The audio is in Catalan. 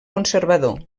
conservador